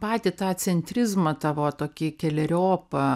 patį tą centrizmą tavo tokį keleriopą